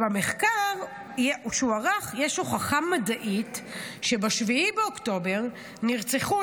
במחקר שהוא ערך יש הוכחה מדעית שב-7 באוקטובר נרצחו,